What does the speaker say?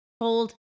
hold